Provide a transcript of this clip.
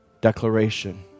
declaration